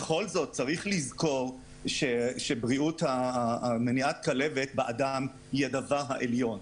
צריך לזכור שמניעת כלבת באדם היא הדבר העליון.